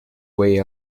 way